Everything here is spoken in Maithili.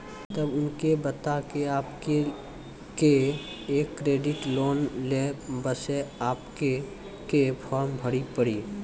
तब उनके बता के आपके के एक क्रेडिट लोन ले बसे आपके के फॉर्म भरी पड़ी?